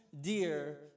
dear